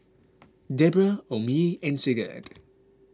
Debra Omie and Sigurd